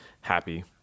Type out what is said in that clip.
happy